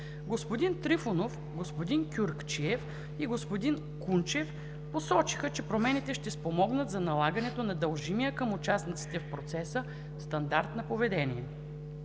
Господин Трифонов, господин Кюркчиев и господин Кунчев посочиха, че промените ще спомогнат за налагането на дължимия към участниците в процеса стандарт на поведение.